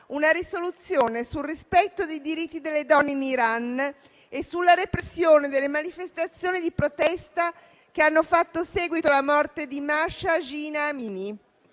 una risoluzione sul rispetto dei diritti delle donne in Iran e sulla repressione delle manifestazioni di protesta che hanno fatto seguito alla morte di Mahsa Jina Amini,